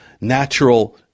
natural